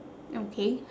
okay